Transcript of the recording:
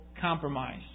compromise